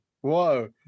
whoa